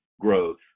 growth